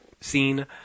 scene